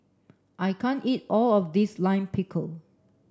I can't eat all of this Lime Pickle